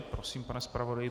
Prosím, pane zpravodaji.